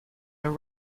were